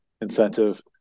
incentive